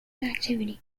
activity